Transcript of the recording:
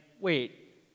wait